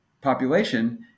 population